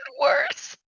worse